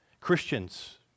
Christians